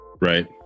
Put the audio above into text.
right